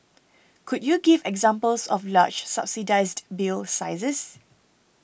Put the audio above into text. could you give examples of large subsidised bill sizes